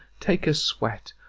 take a sweat,